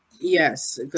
Yes